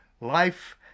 Life